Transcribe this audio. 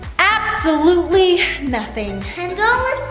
absolutely nothing. ten dollars,